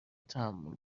تحمل